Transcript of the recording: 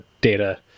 data